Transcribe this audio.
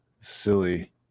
silly